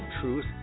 Truth